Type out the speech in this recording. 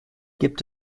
gibt